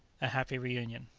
a happy reunion.